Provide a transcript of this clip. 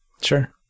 Sure